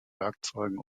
werkzeugen